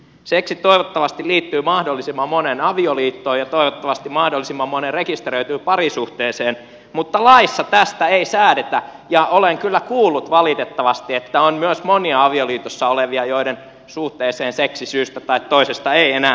seksi toivottavasti liittyy mahdollisimman monen avioliittoon ja toivottavasti mahdollisimman monen rekisteröityyn parisuhteeseen mutta laissa tästä ei säädetä ja olen kyllä kuullut valitettavasti että on myös monia avioliitossa olevia joiden suhteeseen seksi syystä tai toisesta ei enää liity